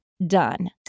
done